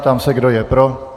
Ptám se, kdo je pro.